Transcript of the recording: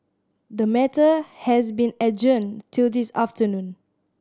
the matter has been adjourned till this afternoon